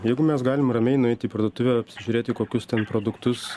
jeigu mes galim ramiai nueit į parduotuvę apsižiūrėti kokius ten produktus